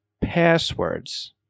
Passwords